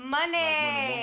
Money